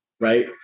right